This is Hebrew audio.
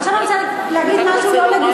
עכשיו אני רוצה להגיד משהו לא לגופו,